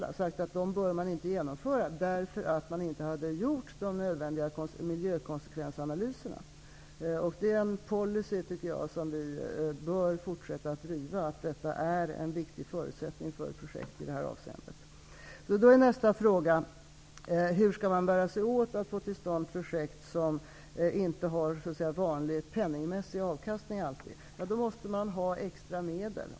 Man har sagt att dessa bör man inte genomföra, därför att de nödvändiga miljökonsekvensanalyserna inte har gjorts. Policyn att detta är en viktig förutsättning för projekt, tycker jag att vi bör fortsätta att driva. Nästa fråga blir då hur man skall bära sig åt för att få till stånd projekt som inte alltid har vanlig penningmässig avkastning. Då måste man ha extra medel.